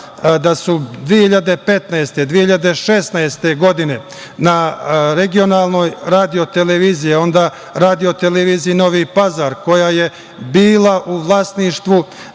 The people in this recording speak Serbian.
da su 2015. godine, 2016. godine na regionalnoj radioteleviziji, onda Radioteleviziji Novi Pazar koja je bila u vlasništvu